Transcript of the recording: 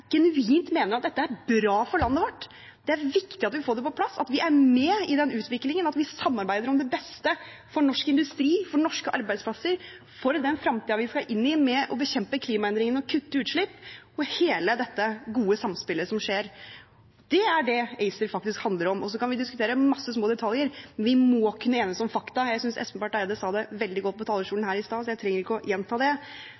dette er bra for landet vårt. Det er viktig at vi får det på plass, at vi er med i den utviklingen, og at vi samarbeider om det beste for norsk industri, for norske arbeidsplasser, for den fremtiden vi skal inn i med å bekjempe klimaendringene og kutte utslipp, og hele dette gode samspillet som skjer. Det er det ACER faktisk handler om. Og så kan vi diskutere masse små detaljer, men vi må kunne enes om fakta. Jeg synes Espen Barth Eide sa det veldig godt på